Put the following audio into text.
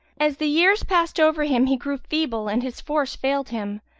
as the years passed over him, he grew feeble and his force failed him,